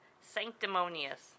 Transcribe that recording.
Sanctimonious